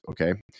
okay